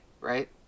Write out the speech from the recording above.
right